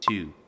Two